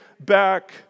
back